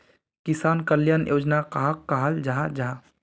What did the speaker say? किसान कल्याण योजना कहाक कहाल जाहा जाहा?